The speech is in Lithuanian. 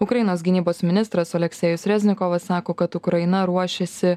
ukrainos gynybos ministras oleksejus reznikovas sako kad ukraina ruošiasi